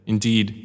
Indeed